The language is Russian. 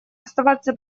оставаться